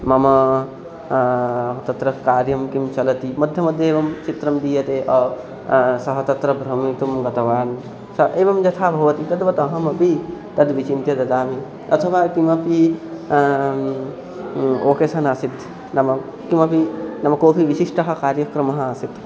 मम तत्र कार्यं किं चलति मध्यमध्ये एवं चित्रं दीयते सः तत्र भ्रमितुं गतवान् सः एवं यथा भवति तद्वत् अहमपि तद्विचिन्त्य ददामि अथवा किमपि ओकेशन् आसीत् नाम किमपि नाम कोऽपि विशिष्टः कार्यक्रमः आसीत्